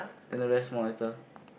then the rest small letter